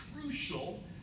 crucial